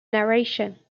narration